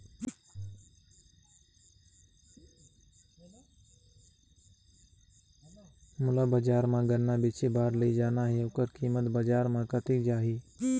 मोला बजार मां गन्ना बेचे बार ले जाना हे ओकर कीमत बजार मां कतेक जाही?